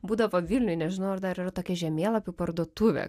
būdavo vilniuj nežinau ar dar yra tokia žemėlapių parduotuvė